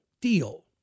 deal